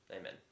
Amen